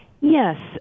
Yes